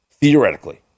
theoretically